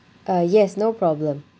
uh yes no problem